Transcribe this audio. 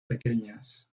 pequeñas